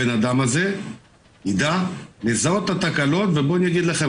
הבן אדם הזה יידע לזהות את התקלות ובואו אני אגיד לכם,